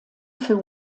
für